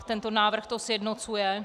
Tento návrh to sjednocuje.